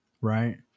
Right